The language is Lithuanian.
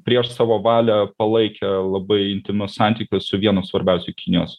prieš savo valią palaikė labai intymius santykius su vienu svarbiausių kinijos